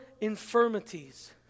infirmities